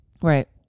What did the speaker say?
right